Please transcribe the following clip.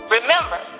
Remember